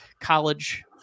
college